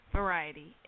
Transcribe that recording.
variety